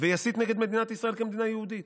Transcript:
ויסית נגד מדינת ישראל כמדינה יהודית.